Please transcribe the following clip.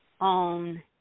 on